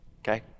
Okay